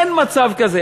אין מצב כזה.